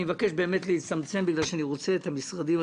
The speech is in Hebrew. אני מבקש באמת להצטמצם בגלל שאני רוצה לשמוע את נציגי המשרדים,